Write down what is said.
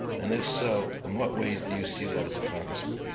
and if so, in what ways do you see that as a congressman?